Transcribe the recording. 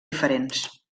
diferents